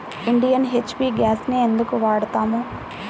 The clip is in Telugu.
ఇండియన్, హెచ్.పీ గ్యాస్లనే ఎందుకు వాడతాము?